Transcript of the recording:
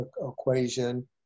equation